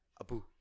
abu